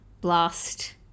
blast